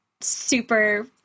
super